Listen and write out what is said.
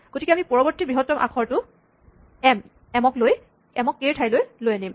গতিকে আমি পৰবৰ্তী বৃহত্তম আখৰ এম ক কে ৰ ঠাইলৈ আনিম